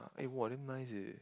eh !wah! damn nice eh